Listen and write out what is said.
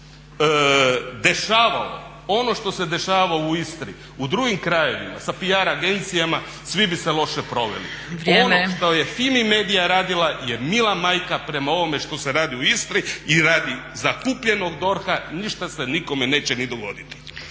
dešavalo ono što se dešavalo u Istri u drugim krajevima sa PR agencijama svi bi se loše proveli. Ono što je Fimi media radila je mila majka prema ovome što se radi u Istri i radi za kupljenog DORH-a ništa se nikome neće ni dogoditi.